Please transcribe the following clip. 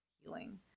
healing